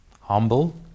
humble